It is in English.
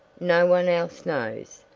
no one else knows,